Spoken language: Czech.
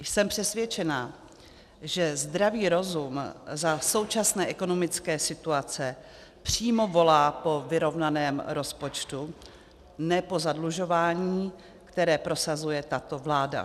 Jsem přesvědčena, že zdravý rozum za současné ekonomické situace přímo volá po vyrovnaném rozpočtu, ne po zadlužování, které prosazuje tato vláda.